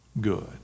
good